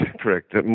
correct